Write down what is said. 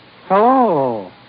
Hello